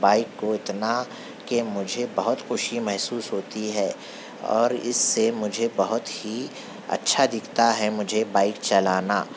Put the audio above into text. bike کو اتنا کہ مجھے بہت خوشی محسوس ہوتی ہے اور اس سے مجھے بہت ہی اچھا دکھتا ہے مجھے بائیک چلانا